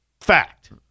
fact